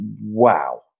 wow